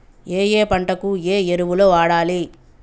ఏయే పంటకు ఏ ఎరువులు వాడాలి?